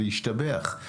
להשתבח.